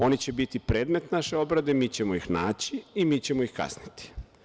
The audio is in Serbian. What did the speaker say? Oni će biti predmet naše obrade, mi ćemo ih naći i mi ćemo ih kazniti.